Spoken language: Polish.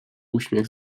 uśmiech